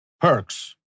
Perks